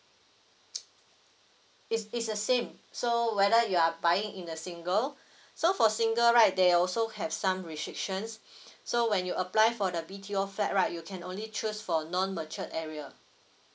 it's it's the same so whether you are buying in the single so for single right they also have some restrictions so when you apply for the B_T_O flat right you can only choose for non matured area